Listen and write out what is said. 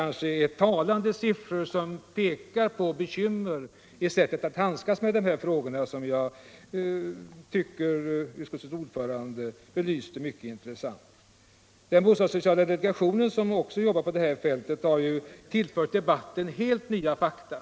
Det är siffror som pekar på bekymmer med handläggningen av dessa frågor, som jag tycker att utskottets ordförande belyste på ett mycket intressant sätt. Bostadssociala delegationen, som också jobbar på det här fältet, har tillfört debatten helt nya fakta.